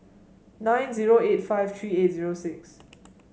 nine zero eight five three eight zero six